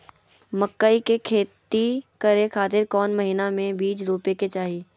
मकई के खेती करें खातिर कौन महीना में बीज रोपे के चाही?